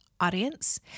audience